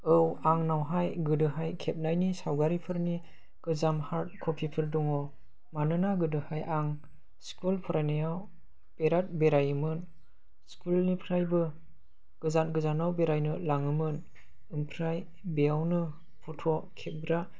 औ आंनावहाय गोदोहाय खेबनायनि सावगारिफोरनि गोजाम हार्डक'पिफोर दङ मानोना गोदोहाय आं स्कुल फरायनायाव बिराद बेरायोमोन स्कुलनिफ्रायबो गोजान गोजानाव बेरायनो लाङोमोन ओमफ्राय बेयावनो फट' खेबग्रा